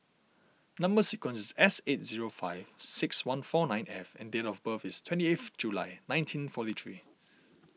Number Sequence is S eight zero five six one four nine F and date of birth is twenty eighth July nineteen forty three